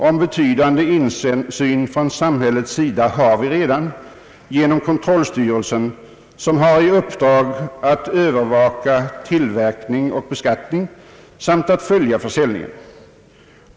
En betydande insyn från samhällets sida har vi redan genom kontrollstyrelsen, som har i uppdrag att övervaka tillverkning och beskattning samt följa försäljningen.